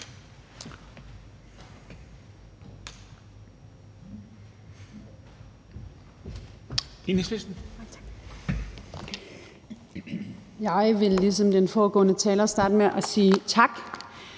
Jeg vil ligesom den foregående taler starte med at sige tak